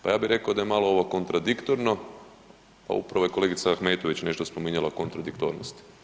Pa ja bih rekao da je malo ovo kontradiktorno, a upravo je kolegica Ahmetović nešto spominjala kontradiktornost.